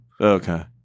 Okay